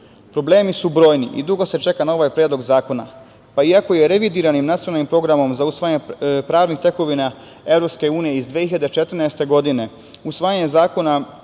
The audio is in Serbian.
su brojni i dugo se čeka na ovaj Predlog zakona, pa iako je revidiranim nacionalnim programom za usvajanje pravnih tekovina EU iz 2014. godine, usvajanje Zakona